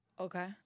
Okay